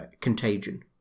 contagion